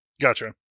Gotcha